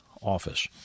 office